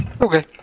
Okay